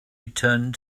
returned